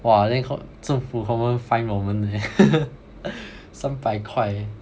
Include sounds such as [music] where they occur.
!wah! then call 政府 confirm fine 我们的 leh [laughs] 三百块 eh